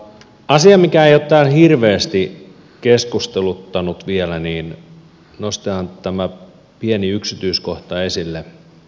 asia mikä ei ole täällä hirveästi keskusteluttanut vielä nostetaan tämä pieni yksityiskohta esille on alkoholiveron nosto